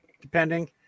depending